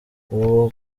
ubu